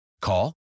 Call